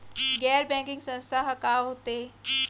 गैर बैंकिंग संस्था ह का होथे?